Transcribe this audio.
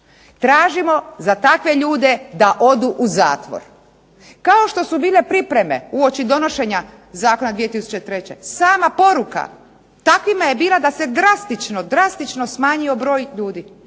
Tražimo za takve ljude da odu u zatvor. Kao što su bile pripreme uoči donošenja zakona 2003. sama poruka takvima je bila da se njima drastično smanjio broj ljudi.